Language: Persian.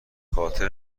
خاطر